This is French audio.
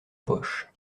poche